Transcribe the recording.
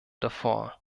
davor